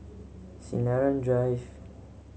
Sinaran Drive